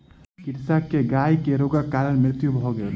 कृषक के गाय के रोगक कारण मृत्यु भ गेल